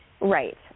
Right